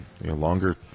longer